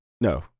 No